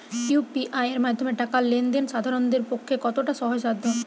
UPI এর মাধ্যমে টাকা লেন দেন সাধারনদের পক্ষে কতটা সহজসাধ্য?